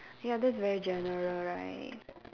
ya that's very general right